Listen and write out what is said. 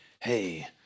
hey